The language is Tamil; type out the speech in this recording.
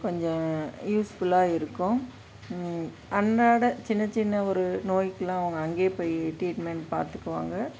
கொஞ்சம் யூஸ்ஃபுல்லாக இருக்கும் அன்றாடம் சின்ன சின்ன ஒரு நோய்க்கெலாம் அவங்க அங்கேயே போய் ட்ரீட்மெண்ட் பார்த்துக்குவாங்க